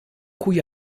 cui